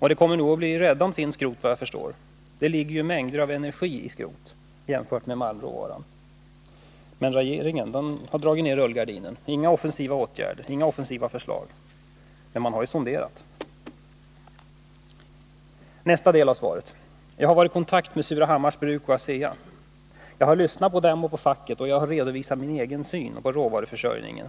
De kommer nog att bli rädda om sitt skrot, såvitt jag förstår. Det ligger ju mängder av energi i skrot jämfört med vad fallet är i malmråvaran. Men regeringen har dragit ned rullgardinen: inga offensiva åtgärder, inga offensiva förslag, men man har ju sonderat. Så till nästa del av industriministerns svar, där han säger: Jag har varit i kontakt med Surahammars Bruks AB och ASEA. Jag har lyssnat på dem och på facket, och jag har redovisat min egen syn på råvaruförsörjningen.